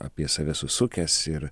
apie save susukęs ir